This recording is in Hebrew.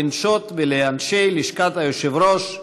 לנשות ולאנשי לשכת היושב-ראש,